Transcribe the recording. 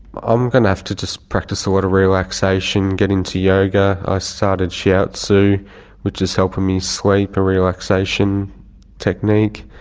i'm going to have to just practice a lot of relaxation, get into yoga. i started shiatsu which is helping me sleep, a relaxation technique,